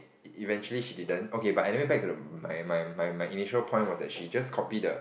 eventually she didn't okay but anyway back to the my my my my initially point was that she just copy the